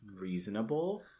Reasonable